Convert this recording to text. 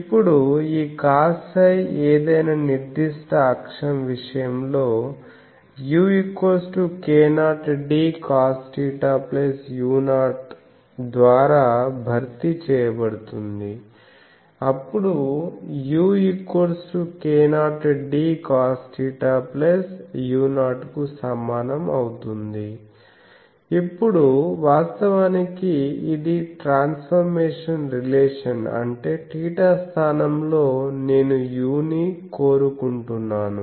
ఇప్పుడు ఈ cosψ ఏదైనా నిర్దిష్ట అక్షం విషయంలో uk0 dcosθu0 ద్వారా భర్తీ చేయబడుతుంది అప్పుడు uk0 dcosθu0 కు సమానం అవుతుంది ఇప్పుడు వాస్తవానికి ఇది ట్రాన్స్ఫర్మేషన్ రిలేషన్ అంటే θ స్థానంలో నేను u ని కోరుకుంటున్నాను